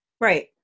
Right